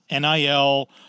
NIL